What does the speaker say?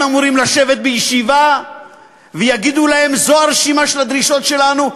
הם אמורים לשבת בישיבה ויגידו להם: זו הרשימה של הדרישות שלנו,